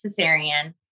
cesarean